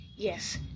Yes